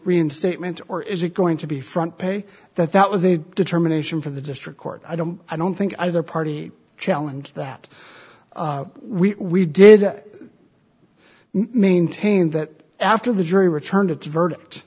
reinstatement or is it going to be front page that that was the determination for the district court i don't i don't think either party challenge that we did maintain that after the jury returned its ver